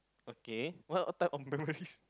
okay well a type of memories